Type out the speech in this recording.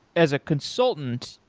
as a consultant,